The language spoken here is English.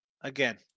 Again